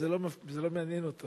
אז זה לא מעניין אותו.